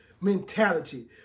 mentality